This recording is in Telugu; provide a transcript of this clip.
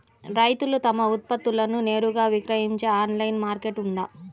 రైతులు తమ ఉత్పత్తులను నేరుగా విక్రయించే ఆన్లైను మార్కెట్ ఉందా?